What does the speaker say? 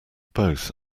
both